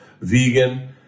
vegan